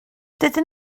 dydyn